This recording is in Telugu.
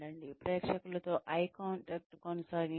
ప్రేక్షకులతో ఐ కాంటాక్ట్ కొనసాగించండి